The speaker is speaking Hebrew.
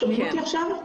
שומעים אותי עכשיו?